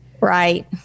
Right